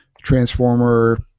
Transformer